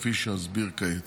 כפי שאסביר כעת.